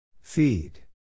Feed